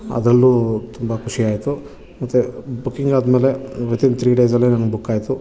ಅದರಲ್ಲೂ ತುಂಬ ಖುಷಿಯಾಯಿತು ಮತ್ತೆ ಬುಕಿಂಗ್ ಆದಮೇಲೆ ವಿತಿನ್ ತ್ರೀ ಡೇಸಲ್ಲೇ ನನಗೆ ಬುಕ್ ಆಯಿತು